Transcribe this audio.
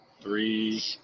three